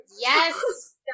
Yes